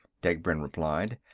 degbrend replied.